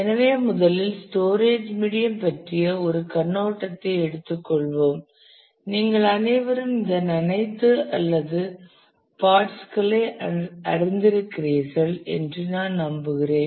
எனவே முதலில் storage medium பற்றிய ஒரு கண்ணோட்டத்தை எடுத்துக்கொள்வோம் நீங்கள் அனைவரும் இதன் அனைத்து அல்லது பாட்ஸ் களை அறிந்திருக்கிறீர்கள் என்று நான் நம்புகிறேன்